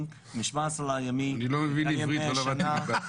אני חושב שיש להם 20 מדליות רק